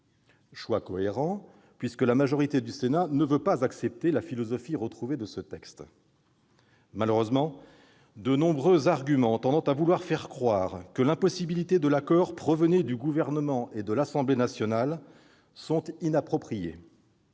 choix cohérent, puisque la majorité du Sénat ne veut pas accepter la philosophie retrouvée de ce texte. Malheureusement, de nombreux arguments tendant à vouloir faire croire que l'impossibilité de l'accord provenait du Gouvernement et de l'Assemblée nationale sont inappropriés.